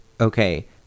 okay